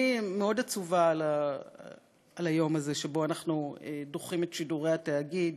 אני מאוד עצובה על היום הזה שבו אנחנו דוחים את שידורי התאגיד,